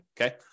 Okay